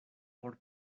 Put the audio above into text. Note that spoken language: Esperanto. por